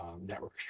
network